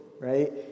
right